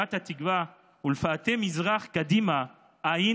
בשירת התקווה "ולפאתי מזרח קדימה עין